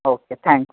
okay thanks